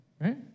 Right